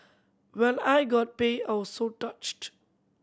when I got pay I was so touched